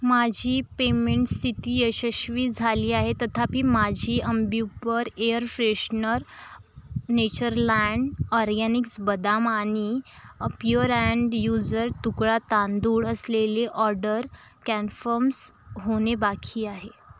माझी पेमेंट स्थिती यशस्वी झाली आहे तथापि माझी Ambi Pur air freshener Natureland Organics बदाम आणि प्युअर अँड यूजर तुकडा तांदूळ असलेली ऑर्डर कन्फर्म होणे बाकी आहे